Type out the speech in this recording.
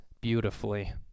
beautifully